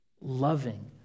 loving